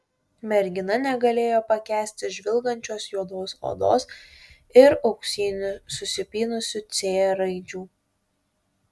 mergina negalėjo pakęsti žvilgančios juodos odos ir auksinių susipynusių c raidžių